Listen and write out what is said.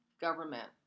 government